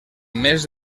mes